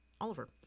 Oliver